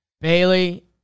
Bailey